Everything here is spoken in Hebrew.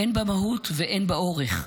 הן במהות והן באורך,